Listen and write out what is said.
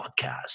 podcast